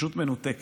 פשוט מנותקת,